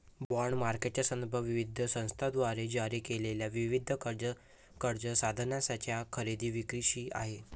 bond मार्केटचा संदर्भ विविध संस्थांद्वारे जारी केलेल्या विविध कर्ज साधनांच्या खरेदी विक्रीशी आहे